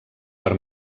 per